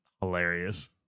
hilarious